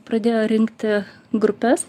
pradėjo rinkti grupes